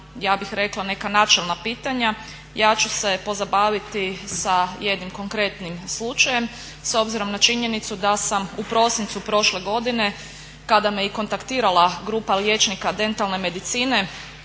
ja bih rekla neka načelna pitanja ja ću se pozabaviti sa jednim konkretnim slučajem s obzirom na činjenicu da sam u prosincu prošle godine kada me i kontaktirala grupa liječnika dentalne medicine,